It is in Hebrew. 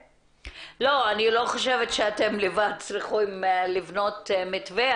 לא, אני לא חושבת שאתן לבד צריכות לבנות מתווה.